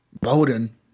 Bowden